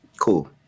cool